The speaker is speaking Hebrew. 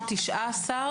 נוער,